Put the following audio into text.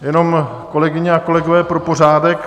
Jenom, kolegyně a kolegové, pro pořádek.